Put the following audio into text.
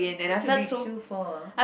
what do we queue for ah